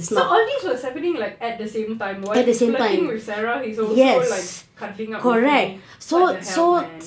so all this was happening like at the same time while he's flirting with sarah he also like cuddling up with tini what the hell man